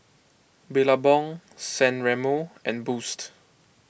Billabong San Remo and Boost